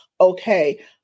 okay